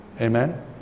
Amen